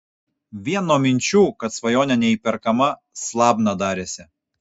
vien nuo minčių kad svajonė neįperkama slabna darėsi